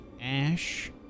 ash